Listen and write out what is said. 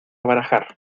barajar